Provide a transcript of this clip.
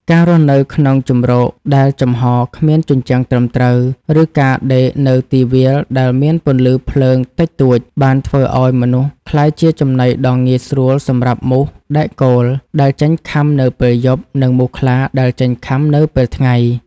ការរស់នៅក្នុងជម្រកដែលចំហគ្មានជញ្ជាំងត្រឹមត្រូវ ឬការដេកនៅទីវាលដែលមានពន្លឺភ្លើងតិចតួច បានធ្វើឱ្យមនុស្សក្លាយជាចំណីដ៏ងាយស្រួលសម្រាប់មូសដែកគោលដែលចេញខាំនៅពេលយប់ និងមូសខ្លាដែលចេញខាំនៅពេលថ្ងៃ។